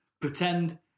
Pretend